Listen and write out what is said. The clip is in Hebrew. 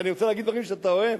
אני רוצה להגיד דברים שאתה אוהב.